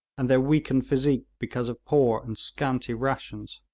and their weakened physique because of poor and scanty rations.